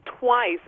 twice